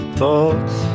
thoughts